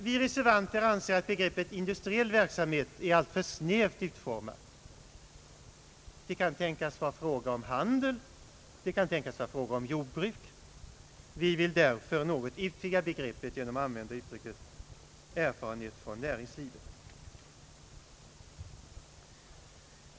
Vi reservanter anser att begreppet industriell verksamhet är alltför snävt utformat. Det bör kunna vara fråga om handel, och det bör kunna vara fråga om jordbruk. Vi vill därför något utvidga begreppet genom att använda begreppet »erfarenhet från näringslivet».